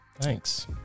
thanks